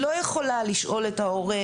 לא יכולה לשאול את ההורה,